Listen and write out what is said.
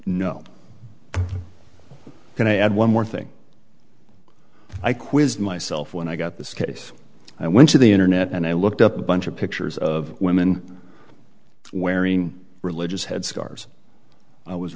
no can i add one more thing i quizzed myself when i got this case i went to the internet and i looked up a bunch of pictures of women wearing religious head scars i was